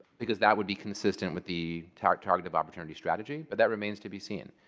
because that would be consistent with the target target of opportunity strategy. but that remains to be seen.